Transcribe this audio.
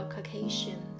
Caucasian